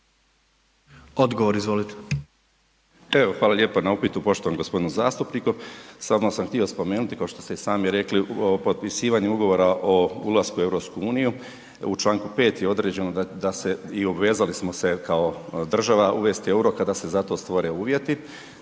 Zdravko** Evo, hvala na upitu poštovanom g. zastupniku, samo sam htio spomenuti kao što ste i sami rekli o potpisivanju Ugovora o ulasku u EU, u čl. 5. je određeno da se i obvezali smo se kao država uvesti EUR-o kada se za to stvore uvjeti.